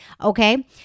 Okay